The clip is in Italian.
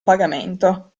pagamento